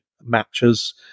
matches